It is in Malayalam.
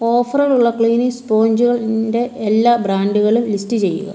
ഓഫറുകളുള്ള ക്ലീനിംഗ് സ്പോഞ്ചുകളിന്റെ എല്ലാ ബ്രാൻഡുകളും ലിസ്റ്റ് ചെയ്യുക